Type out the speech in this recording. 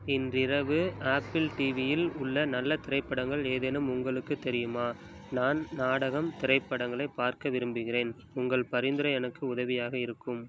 இன்றிரவு ஆப்பிள் டிவியில் உள்ள நல்ல திரைப்படங்கள் ஏதேனும் உங்களுக்குத் தெரியுமா நான் நாடகம் திரைப்படங்களை பார்க்க விரும்புகிறேன் உங்கள் பரிந்துரை எனக்கு உதவியாக இருக்கும்